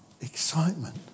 excitement